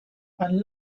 and